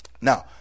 Now